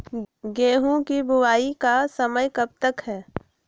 गेंहू की बुवाई का समय कब तक है?